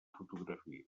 fotografies